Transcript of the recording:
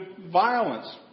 violence